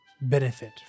benefit